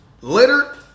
litter